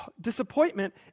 Disappointment